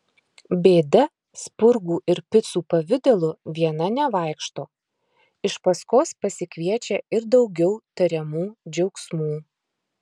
bėda spurgų ir picų pavidalu viena nevaikšto iš paskos pasikviečia ir daugiau tariamų džiaugsmų